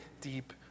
deep